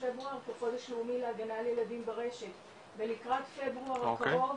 פברואר כחודש לאומי להגנה על ילדים ברשת ולקראת פברואר הקרוב